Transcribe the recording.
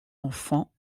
enfants